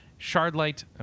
Shardlight